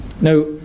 Now